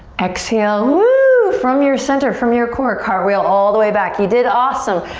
exhale, woo, from your center, from your core, cartwheel all the way back. you did awesome.